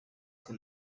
can